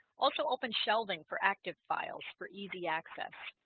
also open shelving for active files for easy access